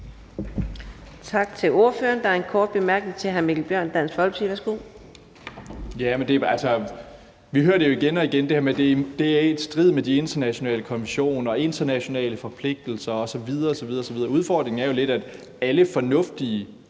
Tak til ordføreren. Der er en kort bemærkning til hr. Mikkel Bjørn, Dansk Folkeparti.